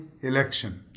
election